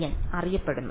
bn അറിയപ്പെടുന്നു